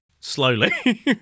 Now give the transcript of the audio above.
slowly